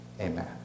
Amen